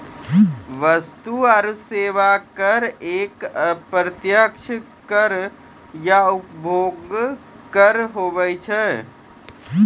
वस्तु आरो सेवा कर एक अप्रत्यक्ष कर या उपभोग कर हुवै छै